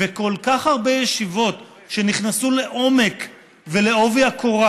וכל כך הרבה ישיבות שנכנסו לעומק ובעובי הקורה.